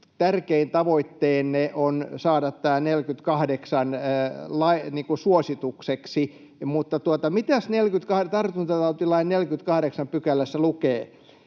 tärkein tavoitteenne on saada tämä 48 § suositukseksi, mutta mitäs tartuntatautilain 48 §:ssä lukee?